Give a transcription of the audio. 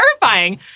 terrifying